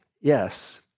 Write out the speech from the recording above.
Yes